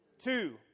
Two